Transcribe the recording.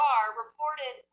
reported